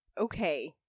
Okay